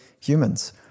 humans